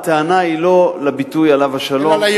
הטענה היא לא על הביטוי "עליו השלום",